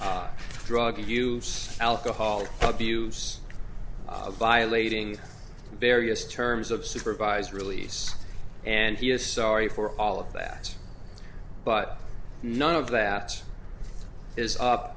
drug abuse alcohol abuse of violating various terms of supervised release and he is sorry for all of that but none of that is up